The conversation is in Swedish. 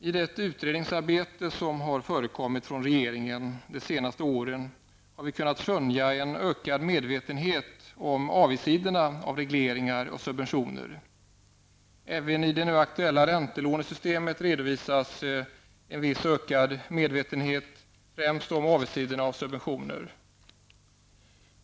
I det utredningsarbete som förekommit inom regeringskansliet under de senaste åren har vi kunnat skönja en ökad medvetenhet om avigsidorna med regleringar och subventioner. Även när det gäller det nya räntelånesystemet redovisas en viss ökad medvetenhet, främst om avigsidorna med subventioner.